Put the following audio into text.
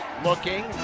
Looking